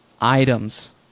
items